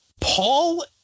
Paul